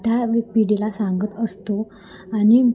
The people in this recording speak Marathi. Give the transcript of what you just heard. त्या पिढीला सांगत असतो आणि